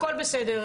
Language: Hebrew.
הכל בסדר,